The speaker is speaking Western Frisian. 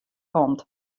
komt